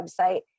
website